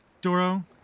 Doro